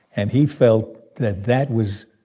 and he felt that that was